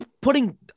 Putting